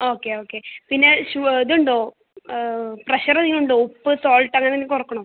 okay okay പിന്നെ ഷു ഇതുണ്ടോ പ്രഷർ അധികം ഉണ്ടോ ഉപ്പ് സോൾട്ട് അങ്ങനെ എന്തെങ്കിലും കുറയ്ക്കണോ